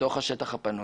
בשטח הפנוי.